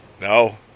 No